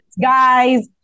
guys